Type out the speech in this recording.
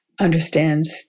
understands